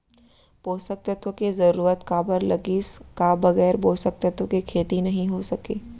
पोसक तत्व के जरूरत काबर लगिस, का बगैर पोसक तत्व के खेती नही हो सके?